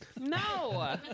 No